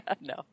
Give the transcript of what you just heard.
No